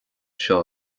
seo